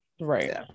right